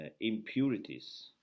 impurities